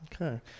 Okay